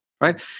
right